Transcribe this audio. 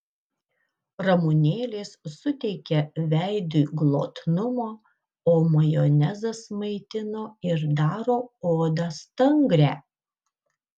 ramunėlės suteikia veidui glotnumo o majonezas maitina ir daro odą stangrią